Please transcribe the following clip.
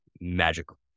magical